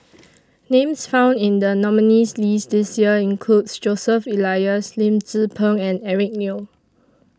Names found in The nominees' list This Year include Joseph Elias Lim Tze Peng and Eric Neo